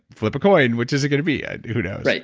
flip a coin. which is it going to be? who knows?